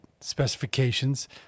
specifications